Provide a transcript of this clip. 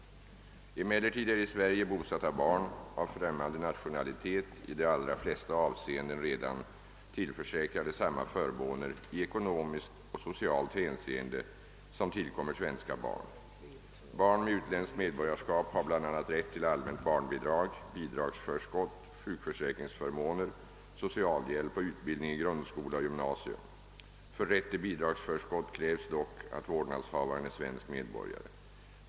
Emellertid är i Sverige bosatta barn av främmande nationalitet i de allra flesta avseenden redan tillförsäkrade samma förmåner i ekonomiskt och socialt hänseende som tillkommer svenska barn. Barn med utländskt medborgarskap har bl.a. rätt till allmänt barnbidrag, bidragsförskott, sjukförsäkringsförmåner, socialhjälp och utbildning i grundskola och gymnasium. För rätt till bidragsförskott krävs dock att vårdnadshavaren är svensk medborgare.